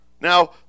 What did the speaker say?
Now